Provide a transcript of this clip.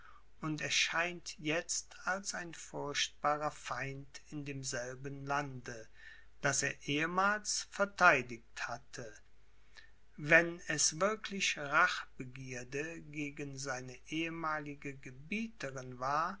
und erscheint jetzt als ein furchtbarer feind in demselben lande das er ehemals vertheidigt hatte wenn es wirklich rachbegierde gegen seine ehemalige gebieterin war